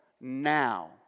now